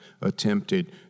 attempted